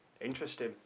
interesting